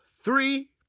three